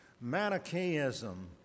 Manichaeism